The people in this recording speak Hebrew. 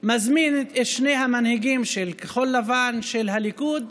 הזמין את שני המנהיגים, של כחול לבן ושל הליכוד,